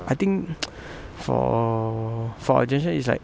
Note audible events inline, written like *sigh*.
I think *noise* for for our generation it is like